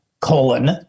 colon